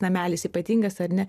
namelis ypatingas ar ne